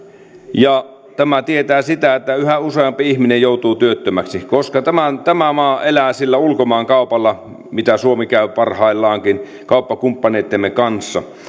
ja tämä tietää sitä että yhä useampi ihminen joutuu työttömäksi koska tämä maa elää sillä ulkomaankaupalla mitä suomi käy parhaillaankin kauppakumppaneittemme kanssa